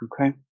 okay